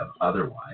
otherwise